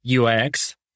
UX